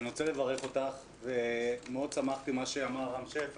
אני רוצה לברך אותך ומאוד שמחתי על מה שאמר רם שפע